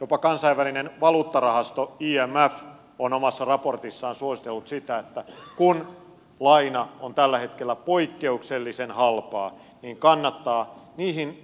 jopa kansainvälinen valuuttarahasto imf on omassa raportissaan suositellut sitä että kun laina on tällä hetkellä poikkeuksellisen halpaa niin kannattaa